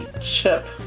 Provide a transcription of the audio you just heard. chip